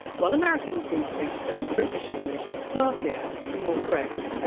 while americans seem to think that british english is classier and more correct.